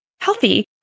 healthy